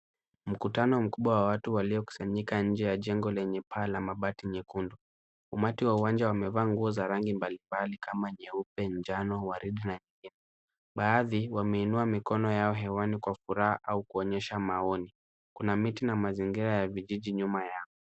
Mkutano mkubwa wa watu waliokusanyika nje ya jengo lenye paha la mabati nyekundu, umati wa uwanja wa wameva nguo za rangi mbali mbali kama nyeupe, njano, waridi, na nyeusi. Baadhi, wame inua mikono yao ya hewani kwa furaha au kuonyesha maoni, kuna miti na mazingira ya vijiji nyuma yao.